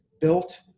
built